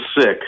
sick